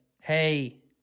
hey